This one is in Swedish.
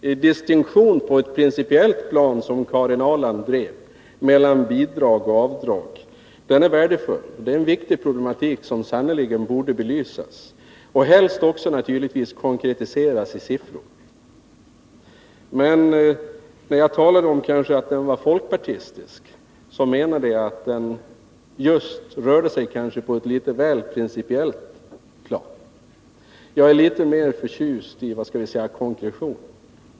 Herr talman! Jag tycker att den distinktion på ett principiellt plan som Karin Ahrland gjorde mellan bidrag och avdrag är värdefull. Det är en viktig problematik som sannerligen borde belysas och naturligtvis helst också konkretiseras i siffror. När jag sade att förslaget var folkpartistiskt menade jag just att resonemanget rörde sig på ett kanske litet väl mycket principiellt plan. Jag är mer förtjust i konkretion.